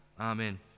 amen